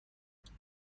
ترجیح